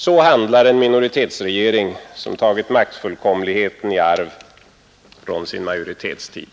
Så handlar en minoritetsregering som tagit maktfullkomligheten i arv från sin majoritetstid.